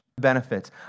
benefits